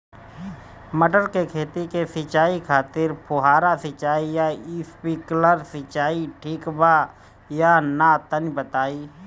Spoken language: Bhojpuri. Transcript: मटर के खेती के सिचाई खातिर फुहारा सिंचाई या स्प्रिंकलर सिंचाई ठीक बा या ना तनि बताई?